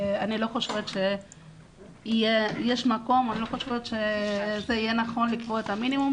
אני לא חושבת שיהיה נכון לקבוע את המינימום.